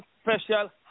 special